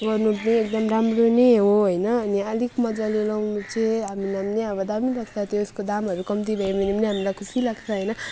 गर्नु चाहिँ एकदम राम्रो नै हो होइन अनि अलिक मजाले लगाउनु चाहिँ हामीलाई पनि अब दामी लाग्छ त्यसको दामहरू कम्ती भयो भने पनि हामीलाई खुसी लाग्छ होइन